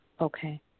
Okay